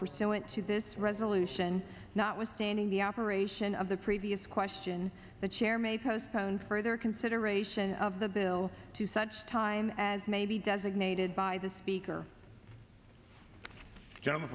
percent went to this resolution not withstanding the operation of the previous question the chair may postpone further consideration of the bill to such time as may be designated by the speaker ge